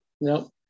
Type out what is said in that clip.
No